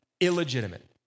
illegitimate